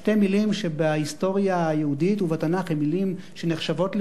שתי מלים שבהיסטוריה היהודית ובתנ"ך הן מלים שנחשבות,